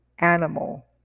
Animal